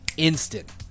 instant